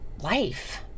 life